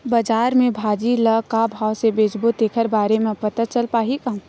बजार में भाजी ल का भाव से बेचबो तेखर बारे में पता चल पाही का?